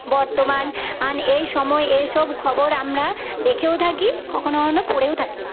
বর্তমান এই সময় এইসব খবর আমরা দেখেও থাকি কখনও কখনও পড়েও থাকি